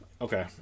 Okay